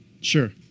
Sure